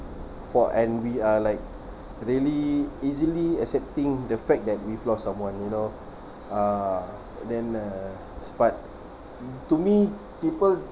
for and we are like really easily accepting the fact that we've lost someone you know a'ah then uh but to me people